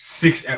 six